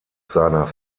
seiner